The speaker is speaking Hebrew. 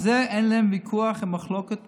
על זה אין להם ויכוח ומחלוקת.